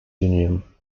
union